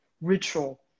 ritual